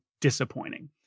disappointing